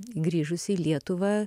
grįžusi į lietuvą